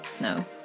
no